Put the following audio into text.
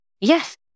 Yes